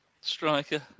striker